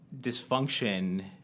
dysfunction